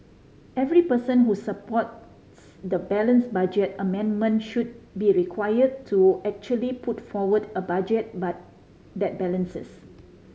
every person who supports the balanced budget amendment should be required to actually put forward a budget but that balances